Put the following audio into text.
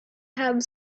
have